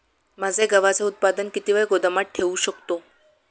माझे गव्हाचे उत्पादन किती वेळ गोदामात ठेवू शकतो?